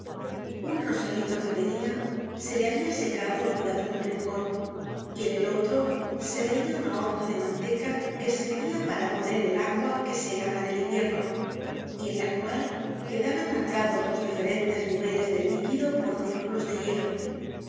un rosalito que tenia se le habia secado olvidado en un rincon y en el otro se veia una orza de manteca que servia para poner el agua que se helaba en el invierno y en la cual quedaban marcados los diferentes niveles del líquido por círculos de hielo